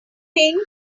pink